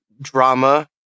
drama